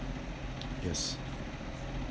yes